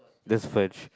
that's French